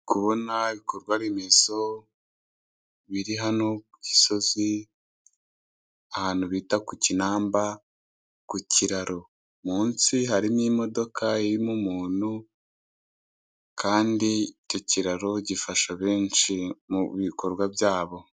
Ndikubona ibikorwaremezo biri hano ku Gisozi ahantu bita ku kinamba ku kiraro munsi harimo imodoka irimo umuntu kandi icyo kiraro gifasha benshi mu bikorwa byabo.